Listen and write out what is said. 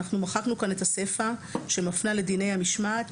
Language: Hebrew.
אנחנו מחקנו כאן את הסיפא שמפנה לדיני המשמעת,